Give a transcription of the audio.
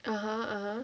(uh huh) (uh huh)